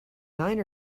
nine